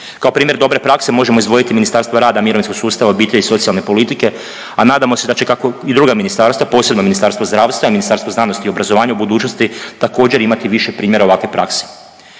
Kao primjer dobre prakse možemo izdvojiti Ministarstvo rada, mirovinskog sustava, obitelji i socijalne politike, a nadamo se da će kako i druga ministarstva, posebno Ministarstvo zdravstva i Ministarstvo znanosti i obrazovanja i u budućnosti također imati više primjera ovakve prakse.